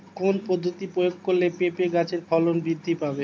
কোন পদ্ধতি প্রয়োগ করলে পেঁপে গাছের ফলন বৃদ্ধি পাবে?